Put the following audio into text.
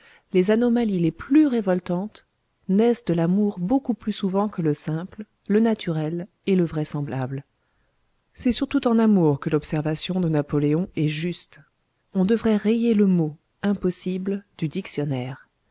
les anomalies les plus révoltantes naissent de l'amour beaucoup plus souvent que le simple le naturel et le vraisemblable c'est surtout en amour que l'observation de napoléon est juste on devrait rayer le mot impossible du dictionnaire